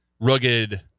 rugged